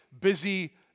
busy